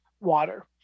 water